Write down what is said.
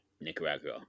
Nicaragua